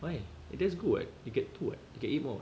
why that's good [what] you get two [what] you can eat more [what]